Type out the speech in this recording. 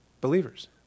Believers